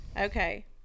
Okay